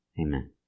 Amen